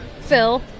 Phil